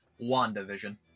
WandaVision